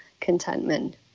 contentment